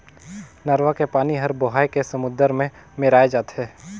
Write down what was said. नरूवा के पानी हर बोहाए के समुन्दर मे मेराय जाथे